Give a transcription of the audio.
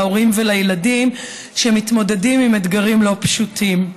להורים ולילדים שמתמודדים עם אתגרים לא פשוטים.